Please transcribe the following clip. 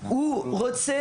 זהה.